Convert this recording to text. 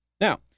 now